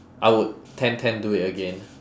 I would ten ten do it again